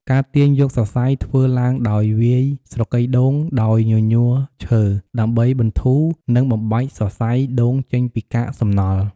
ការទាញយកសរសៃធ្វើឡើងដោយ វាយស្រកីដូងដោយញញួរឈើ ដើម្បីបន្ធូរ និងបំបែកសរសៃដូងចេញពីកាកសំណល់។